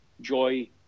joy